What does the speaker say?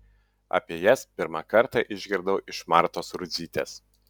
apie jas pirmą kartą išgirdau iš martos rudzytės